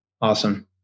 Awesome